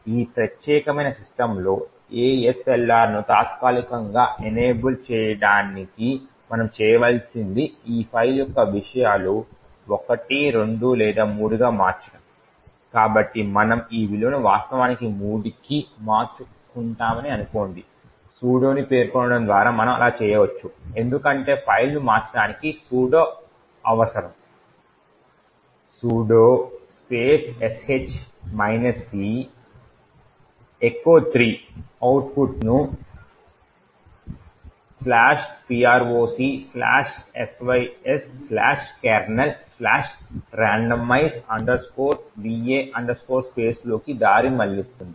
ఈ ప్రత్యేక సిస్టమ్లో ASLR ను తాత్కాలికంగా ఎనేబుల్ చేయడానికి మనం చేయవలసింది ఈ ఫైల్ యొక్క విషయాలను 1 2 లేదా 3 గా మార్చడం కాబట్టి మనం ఈ విలువను వాస్తవానికి 3 కి మార్చుకుంటామని అనుకోండి సుడోను పేర్కొనడం ద్వారా మనం అలా చేయవచ్చు ఎందుకంటే ఫైల్ను మార్చడానికి సుడో అవసరం sudo sh c "echo 3" అవుట్పుట్ను Procsyskernelrandomize va space లోకి దారి మళ్ళిస్తుంది